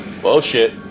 Bullshit